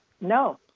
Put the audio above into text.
No